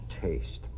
taste